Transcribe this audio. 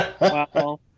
Wow